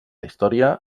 història